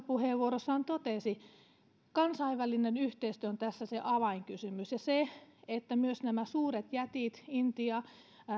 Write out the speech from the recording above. puheenvuorossaan totesi kansainvälinen yhteistyö on tässä se avainkysymys ja se että myös nämä suuret jätit intia